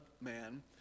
Man